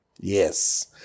Yes